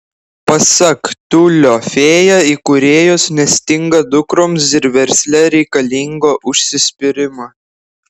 pasak tiulio fėja įkūrėjos nestinga dukroms ir versle reikalingo užsispyrimo